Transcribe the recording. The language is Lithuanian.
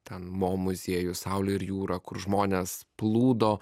ten mo muziejus saulę ir jūrą kur žmonės plūdo